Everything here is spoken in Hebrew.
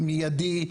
מיידי,